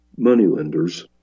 moneylenders